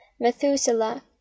Methuselah